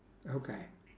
okay